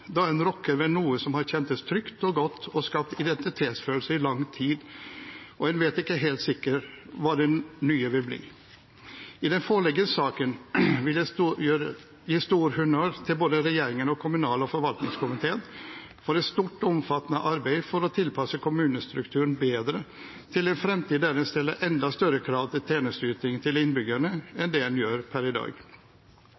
da en rokker ved noe som har kjentes trygt og godt, og som har skapt identitetsfølelse i lang tid – og en vet ikke helt sikkert hva det nye vil bli. I den foreliggende saken vil jeg gi stor honnør til både regjeringen og kommunal- og forvaltningskomiteen for et stort og omfattende arbeid for å tilpasse kommunestrukturen bedre til en fremtid der en stiller enda større krav til tjenesteyting til innbyggerne